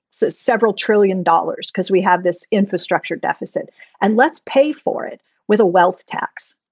so several trillion dollars because we have this infrastructure deficit and let's pay for it with a wealth tax.